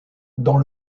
dans